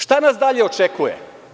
Šta nas daljeočekuje?